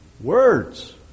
words